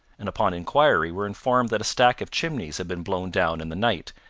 and upon inquiry were informed that a stack of chimneys had been blown down in the night,